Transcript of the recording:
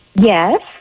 Yes